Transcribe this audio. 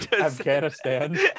Afghanistan